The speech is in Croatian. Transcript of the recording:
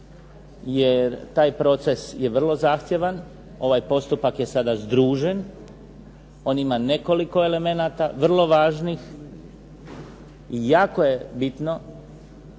jer taj proces je vrlo zahtjevan, ovaj postupak je sada združen, on ima nekoliko elemenata vrlo važnih i jako je bitno